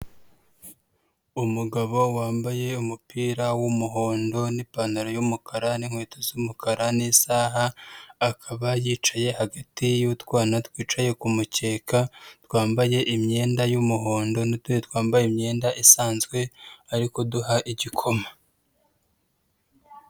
Umugabo wambaye umupira w'umuhondo n'ipantaro y'umukara n'inkweto z'umukara n'isaha, akaba yicaye hagati y'utwana twicaye ku mukeka, twambaye imyenda y'umuhondo, n'utundi twambaye imyenda isanzwe arikuduha igikoma.